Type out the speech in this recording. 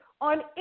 on